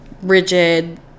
rigid